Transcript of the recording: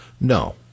No